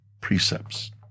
precepts